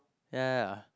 yeah yeah yeah